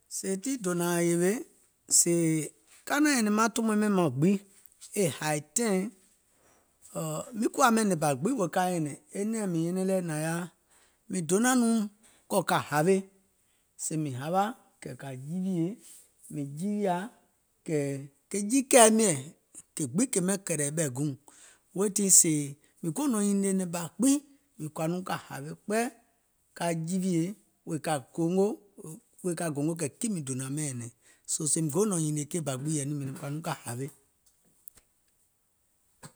Sèè tii dònȧȧŋ yèwè sèè ka naȧŋ nyɛ̀nɛ̀ŋ maŋ tòmoim mɛɛ̀ŋ maŋ gbiŋ e hàì taìŋ, ɔ̀ɔ̀ miŋ kuwȧ ɓɛìŋ nɛ̀ŋ bà gbiŋ wèè ka nyɛ̀nɛ̀ŋ, ɔ̀ɔ̀ e nɛɛ̀ŋ mìŋ nyɛnɛŋ lɛ̀ naŋ yaȧ, donȧŋ kɔ̀ ka hawe, sèè mìŋ hawà kɛ̀ kȧ jiwiè, mìŋ jiwià kɛ̀ ke jiikɛ̀ɛ miɛ̀ŋ ke gbiŋ kè ɓɛìŋ kɛ̀lɛ̀ɛ̀ ɓɛ̀ guùŋ, weètii sèè mìŋ go nɔ̀ɔ̀ŋ nyìnìè nɛ̀ŋ gbiŋ mìŋ kɔ̀ȧ nɔŋ ka hawe kpɛ, ka jiwiè wèè ka gongò, wèè ka gongò kɛ̀ kiìŋ mìŋ dònȧŋ ɓɛìŋ nyɛ̀nɛ̀ŋ, soo sèèìm go nɔ̀ŋ nyìnìè keì ɓȧ gbiŋ yɛ̀ì nɔŋ mìŋ nyɛnɛŋ mìŋ kɔ̀ȧ nɔŋ ka hawe.